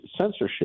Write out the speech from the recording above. censorship